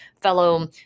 fellow